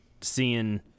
seeing